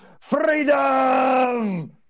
freedom